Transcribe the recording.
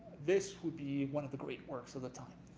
this would be one of the great works of the time.